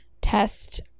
test